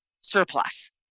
surplus